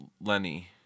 Lenny